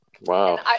Wow